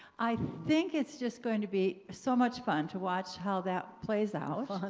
i think it's just going to be so much fun to watch how that plays out.